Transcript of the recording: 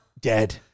dead